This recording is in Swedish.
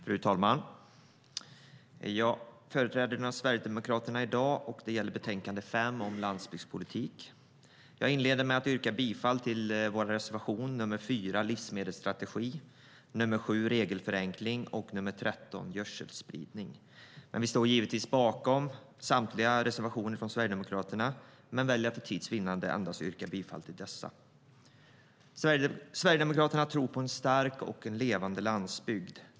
Fru talman! Jag företräder Sverigedemokraterna i dag i debatten om betänkande 5 om landsbygdspolitik. Jag inleder med att yrka bifall till vår reservation nr 4 om livsmedelsstrategi, nr 7 om regelförenkling och nr 13 om gödselspridning. Vi står givetvis bakom samtliga reservationer från Sverigedemokraterna men väljer för tids vinnande att yrka bifall endast till dessa. Sverigedemokraterna tror på en stark och levande landsbygd.